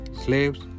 slaves